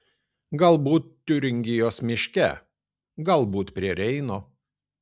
galbūt tiuringijos miške galbūt prie reino